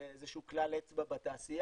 זה איזה שהוא כלל אצבע בתעשייה,